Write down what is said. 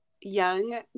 young